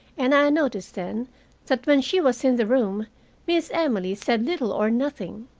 and i noticed then that when she was in the room miss emily said little or nothing.